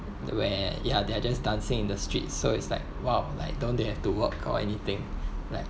where ya they are just dancing in the streets so it's like !wow! like don't they have to work or anything like